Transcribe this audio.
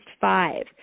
five